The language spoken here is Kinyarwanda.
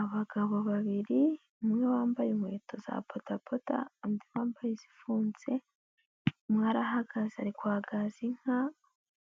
Abagabo babiri umwe wambaye inkweto za bodaboda, undi yambaye izifunze. Umwe arahagaze ari kwagaza inka,